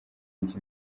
njye